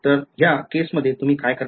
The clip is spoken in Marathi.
तर ह्या केसमध्ये तुम्ही काय करणार